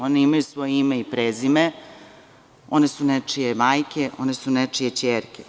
One imaju svoje ime i prezime, one su nečije majke, one su nečije ćerke.